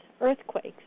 earthquakes